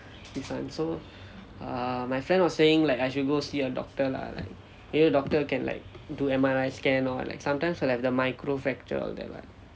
this one so err my friend was saying like I should go see a doctor lah you know doctor can like do M_R_I scan or like sometimes like have the micro fracture all that [what]